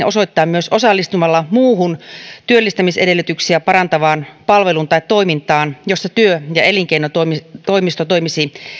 osoittaa myös osallistumalla muuhun työllistämisedellytyksiä parantavaan palveluun tai toimintaan jossa työ ja elinkeinotoimisto toimisi